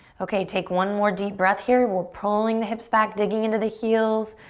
okay, take one more deep breath here. we're pulling the hips back, digging into the heels,